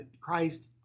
Christ